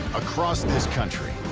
across this country,